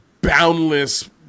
boundless